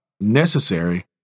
necessary